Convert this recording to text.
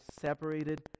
separated